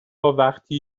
وقی